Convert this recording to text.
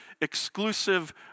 exclusive